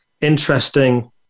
interesting